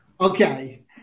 Okay